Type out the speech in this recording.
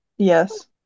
Yes